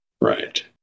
Right